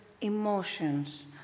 emotions